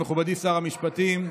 אדוני שר המשפטים,